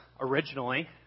originally